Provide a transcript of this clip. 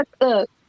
Look